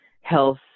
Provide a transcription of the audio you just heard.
health